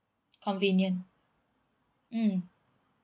convenient mm